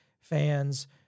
fans